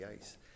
ice